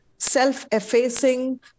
self-effacing